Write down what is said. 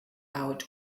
out